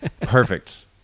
Perfect